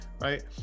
right